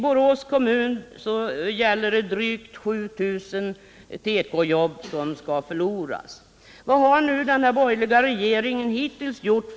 Borås kommun kommer att förlora drygt 7 000 tekojobb.